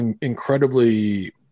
incredibly